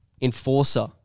enforcer